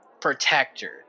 protector